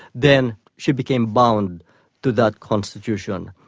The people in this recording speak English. then she became bound to that constitution.